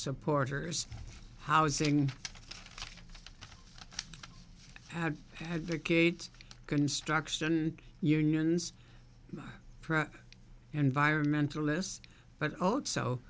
supporters housing had had the kate construction unions environmentalists but also